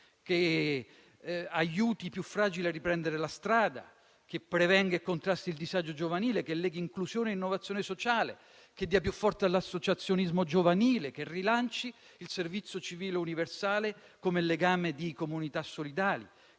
che aiuti i più fragili a riprendere la strada, che prevenga e contrasti il disagio giovanile, che leghi inclusione e innovazione sociale, che dia più forza all'associazionismo giovanile, che rilanci il servizio civile universale come legame di comunità solidali,